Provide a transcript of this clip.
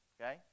okay